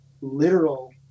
literal